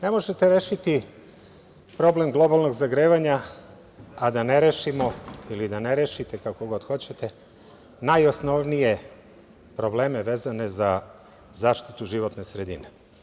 Ne možete rešiti problem globalnog zagrevanja, a da ne rešimo, ili da ne rešite, kako god hoćete, najosnovnije probleme vezane za zaštitu životne sredine.